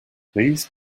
please